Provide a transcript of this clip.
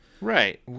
Right